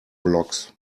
blocks